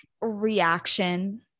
reaction